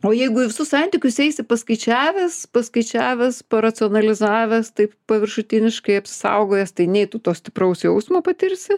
o jeigu į visus santykius eisi paskaičiavęs paskaičiavęs paracionalizavęs taip paviršutiniškai apsisaugojęs tai nei tu to stipraus jausmo patirsi